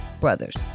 Brothers